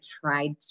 tried